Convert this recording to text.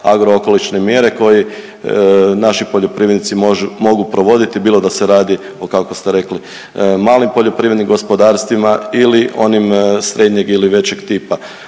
agro-okolišne mjere koje naši poljoprivrednici mogu provoditi, bilo da se radi o, kako ste rekli, malim poljoprivrednim gospodarstvima ili onim srednjeg ili većeg tipa.